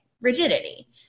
rigidity